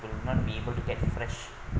will not be able to get fresh